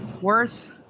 worth